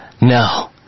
No